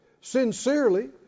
Sincerely